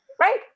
right